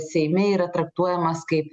seime yra traktuojamas kaip